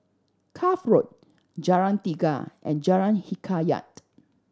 Cuff Road Jalan Tiga and Jalan Hikayat